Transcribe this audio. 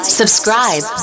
subscribe